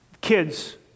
Kids